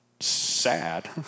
sad